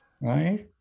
Right